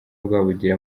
rwabugili